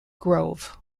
grove